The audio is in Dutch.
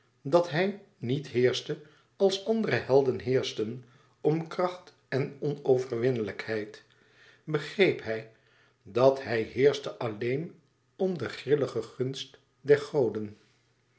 dat hij niet heerschte als andere helden heerschten om kracht en onoverwinnelijkheid begreep hij dat hij heerschte alléen om den grilligen gunst der goden